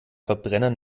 verbrenner